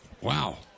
Wow